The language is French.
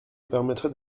permettrait